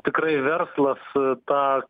tikrai verslas tą